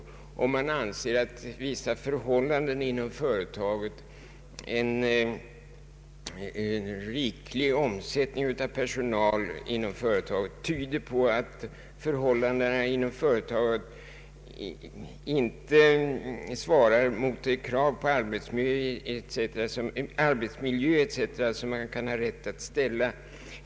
Man anser att man kan göra detta om vissa förhållanden inom ett företag — framför allt en riklig omsättning av personal — tyder på att förhållandena inom företaget inte svarar mot de krav på arbetsmiljö etc. som man kan ha rätt att ställa.